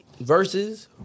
Verses